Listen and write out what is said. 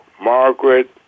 Margaret